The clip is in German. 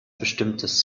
bestimmtes